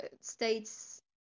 states